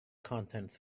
contents